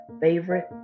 favorite